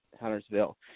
Huntersville